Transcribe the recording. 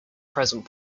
present